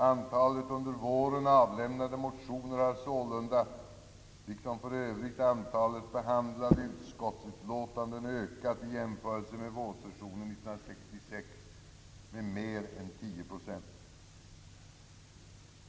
Antalet under våren avlämnade motioner har således, liksom för övrigt antalet behandlade utskottsutlåtanden, ökat i jämförelse med vårsessionen 1966 med mer än 10 procent.